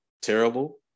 terrible